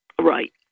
Right